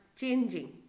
changing